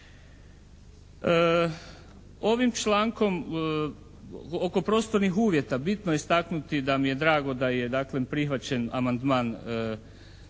Ovim člankom oko prostornih uvjeta bitno je istaknuti da mi je drago da je dakle prihvaćen amandman